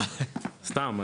סתם,